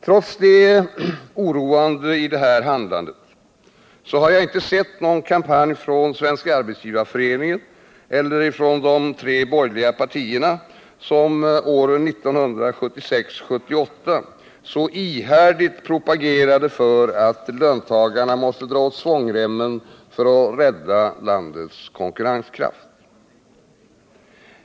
Trots det oroande i det här handlandet har jag inte sett någon kampanj från Svenska arbetsgivareföreningen eller de tre borgerliga partier som åren 1976-1978 så ihärdigt propagerade för att löntagarna måste dra åt svångremmen för att rädda landets konkurrenskraft.